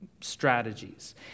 strategies